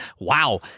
Wow